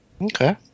okay